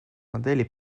моделей